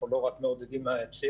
אנחנו לא רק מעודדים מהיציע